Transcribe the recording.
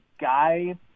guy